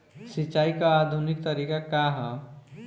सिंचाई क आधुनिक तरीका का ह?